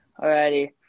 Alrighty